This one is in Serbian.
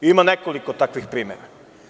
Ima nekoliko takvih primera.